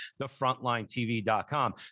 TheFrontlineTV.com